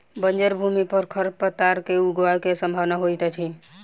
बंजर भूमि पर खरपात के ऊगय के सम्भावना होइतअछि